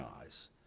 eyes